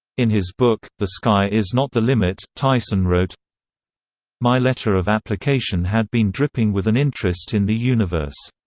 in his book, the sky is not the limit, tyson wrote my letter of application had been dripping with an interest in the universe.